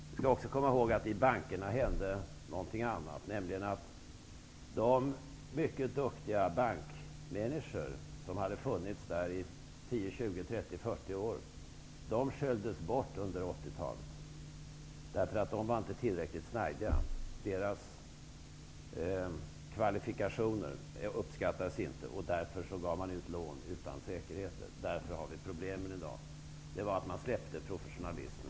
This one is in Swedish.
Vi skall komma ihåg att det i bankerna också hände någonting annat under 80-talet, nämligen att de mycket duktiga bankmänniskor som hade funnits där i tio, tjugo, trettio eller fyrtio år sköljdes bort; de var inte tillräckligt ''snajdiga''; deras kvalifikationer uppskattades inte. Därför beviljade man lån utan säkerheter, och därför har vi i dag problem. Det beror på att man släppte professionalismen.